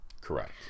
Correct